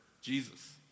Jesus